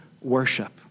worship